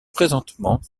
présentement